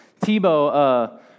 Tebow